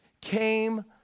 came